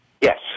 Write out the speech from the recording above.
Yes